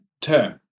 term